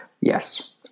Yes